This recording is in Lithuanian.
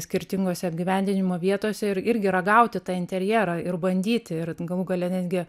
skirtingose apgyvendinimo vietose ir irgi ragauti tą interjerą ir bandyti ir galų gale netgi